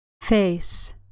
Face